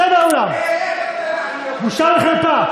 צא מהאולם.